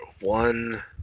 one